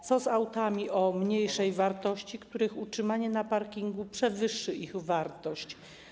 Co z autami o mniejszej wartości, których utrzymanie na parkingu przewyższy ich wartość?